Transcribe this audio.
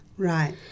Right